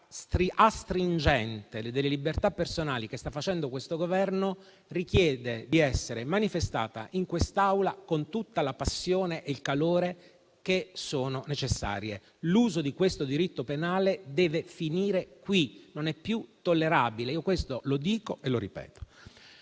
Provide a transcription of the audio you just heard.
astringente delle libertà personali che sta facendo questo Governo richiede di essere manifestata in quest'Aula con tutta la passione e il calore che sono necessarie. L'uso di questo diritto penale deve finire qui: non è più tollerabile. Io questo lo dico e lo ripeto.